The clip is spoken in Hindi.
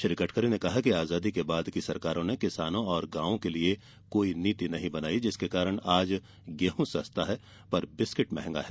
श्री गडकरी ने कहा कि आजादी के बाद की सरकारों ने किसानों और गांवों के लिए कोई नीति नहीं बनाई जिसके कारण आज गेहूं सस्ता और बिस्कूट महंगा है